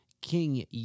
King